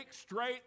straight